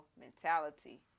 mentality